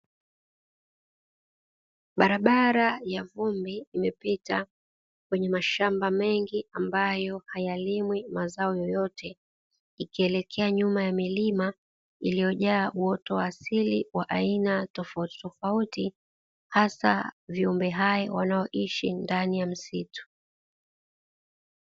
Barabara ya vumbi imepita kwenye mashamba mengi, ambayo hayalimwi mazao yoyote, ikielekea nyuma ya milima iliyojaa uoto wa asili wa aina tofautitofauti, hasa viumbe hai wanaishi ndani ya msitu.